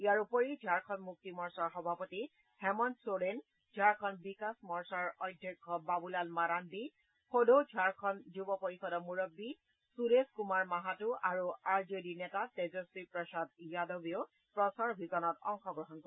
ইয়াৰ উপৰি ঝাৰখণ্ড মুক্তি মৰ্চাৰ সভাপতি হেমন্ত চোৰেন ঝাৰখণ্ড বিকাশ মৰ্চাৰ সভাপতি বাবুলাল মাৰাণ্ডী সদৌ ঝাৰখণ্ড যুৱ পৰিষদৰ মূৰববী সুৰেশ কুমাৰ মাহাতো আৰু আৰ জে ডিৰ নেতা তেজস্বী প্ৰসাদ যাদৱেও প্ৰচাৰ অভিযানত অংশগ্ৰহণ কৰিব